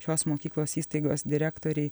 šios mokyklos įstaigos direktorei